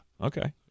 Okay